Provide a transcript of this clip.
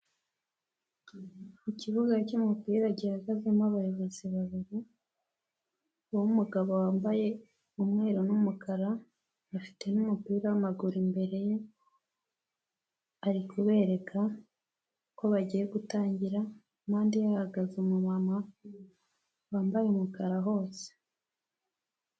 Ikibuga cy'umupira gihagazemo abayobozi babiri, uw'umugabo wambaye umweru n'umukara, bafite n'umupira w'amaguru, imbere ye ari kubereka ko bagiye gutangira n'undi umuhagaze inyuma wambaye umukara hose.